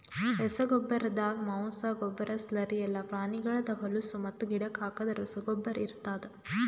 ರಸಗೊಬ್ಬರ್ದಾಗ ಮಾಂಸ, ಗೊಬ್ಬರ, ಸ್ಲರಿ ಎಲ್ಲಾ ಪ್ರಾಣಿಗಳ್ದ್ ಹೊಲುಸು ಮತ್ತು ಗಿಡಕ್ ಹಾಕದ್ ರಸಗೊಬ್ಬರ ಇರ್ತಾದ್